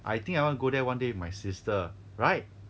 I think I want go there one day with my sister right